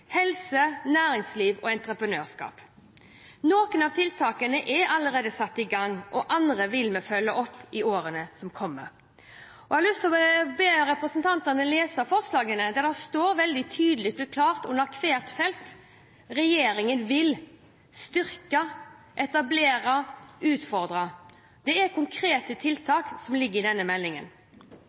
helse, næringsliv og entreprenørskap. Noen tiltak er allerede satt i gang. Andre vil vi følge opp i årene som kommer. Jeg har lyst til å be representantene om å lese forslagene. Det står tydelig og klart under hvert felt at regjeringen vil styrke og etablere og utfordre. Det er konkrete tiltak som ligger i denne meldingen.